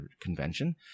convention